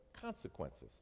consequences